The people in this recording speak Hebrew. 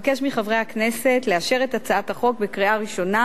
אבקש מחברי הכנסת לאשר את הצעת החוק בקריאה ראשונה